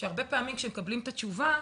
והרבה פעמים שמקבלים תשובה,